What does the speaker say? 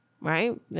right